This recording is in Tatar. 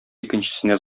икенчесенә